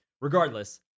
Regardless